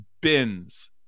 bins